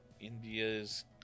India's